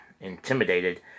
intimidated